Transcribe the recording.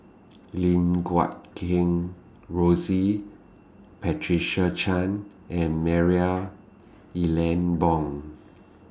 Lim Guat Kheng Rosie Patricia Chan and Marie Ethel Bong